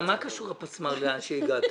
מה קשור הפצמ"ר לאן שהגעת?